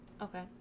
Okay